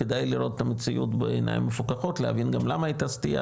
כדאי לראות את המציאות בעיניים מפוקחות להבין גם למה הייתה סטייה,